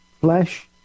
flesh